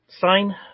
sign